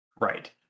Right